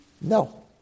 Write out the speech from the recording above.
No